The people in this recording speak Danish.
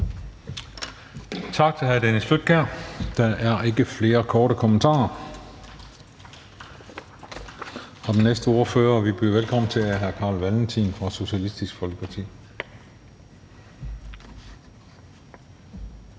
Tak til hr. Dennis Flydtkjær. Der er ikke flere korte bemærkninger. Den næste ordfører, vi byder velkommen til, er hr. Carl Valentin fra Socialistisk Folkeparti.